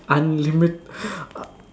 unlimit~